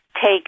take